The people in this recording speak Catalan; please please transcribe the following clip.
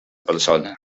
persona